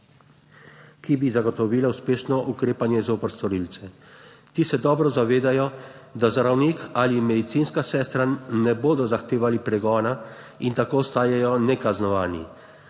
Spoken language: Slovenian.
ki bi zagotovila uspešno ukrepanje zoper storilce. Ti se dobro zavedajo, da zdravnik ali medicinska sestra ne bosta zahtevala pregona, in tako ostajajo nekaznovani.